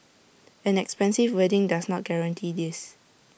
an expensive wedding does not guarantee this